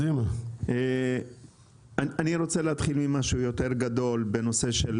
אני רוצה להתחיל עם משהו יותר גדול בנושא של